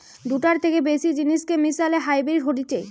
দুটার থেকে বেশি জিনিসকে মিশালে হাইব্রিড হতিছে